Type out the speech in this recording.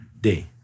day